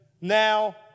Now